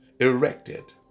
erected